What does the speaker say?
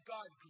God